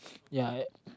ya